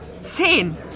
zehn